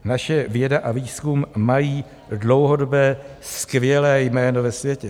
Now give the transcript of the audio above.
Naše věda a výzkum mají dlouhodobé skvělé jméno ve světě.